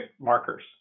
markers